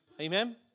Amen